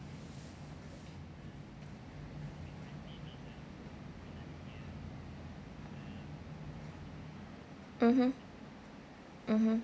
mmhmm mmhmm